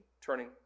turning